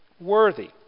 worthy